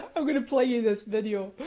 i'm gonna play you this video.